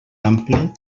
ampli